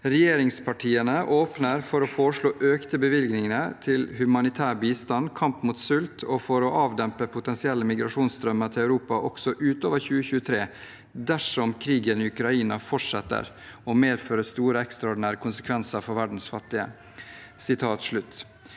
«Regjeringspartiene åpner for å foreslå økte bevilgninger til humanitær bistand, kamp mot sult og for å avdempe potensielle migrasjonsstrømmer til Europa også utover 2023 dersom krigen i Ukraina fortsetter å medføre store, ekstraordinære konsekvenser for verdens fattige.»